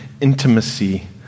intimacy